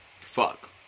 Fuck